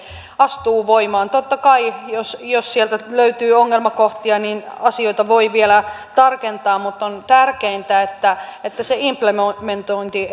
astuu voimaan totta kai jos jos sieltä löytyy ongelmakohtia niin asioita voi vielä tarkentaa mutta on tärkeintä että että se implementointi